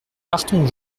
partons